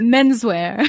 Menswear